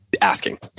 asking